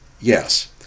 Yes